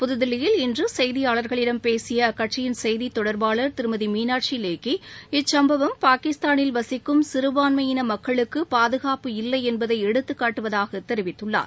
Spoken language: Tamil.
புதுதில்லியில் இன்று செய்தியாளர்களிடம் பேசிய அக்கட்சியின் செய்தித் தொடர்பாளர் திருமதி மீனாட்சி லேக்கி இச்சுப்பவம் பாகிஸ்தானில் வசிக்கும் சிறுபான்மை இன மக்களுக்கு பாதுகாப்பு இல்லை என்பதை எடுத்துக் காட்டுவதாக தெரிவித்துள்ளார்